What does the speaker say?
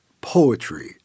poetry